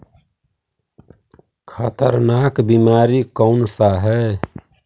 खतरनाक बीमारी कौन सा है?